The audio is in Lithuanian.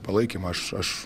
palaikymą aš aš